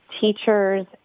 teachers